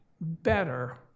better